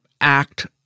act